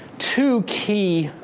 two key